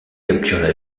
capturent